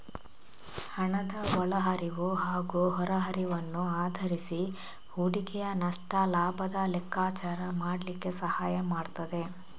ಹಣದ ಒಳ ಹರಿವು ಹಾಗೂ ಹೊರ ಹರಿವನ್ನು ಆಧರಿಸಿ ಹೂಡಿಕೆಯ ನಷ್ಟ ಲಾಭದ ಲೆಕ್ಕಾಚಾರ ಮಾಡ್ಲಿಕ್ಕೆ ಸಹಾಯ ಮಾಡ್ತದೆ